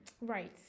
Right